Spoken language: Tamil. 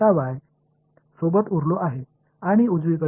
எனவே எஞ்சியிருப்பது மற்றும் வலது புறத்தில் நான் இப்போது என்ன விட்டுவிட்டேன்